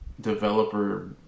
developer